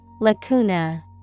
Lacuna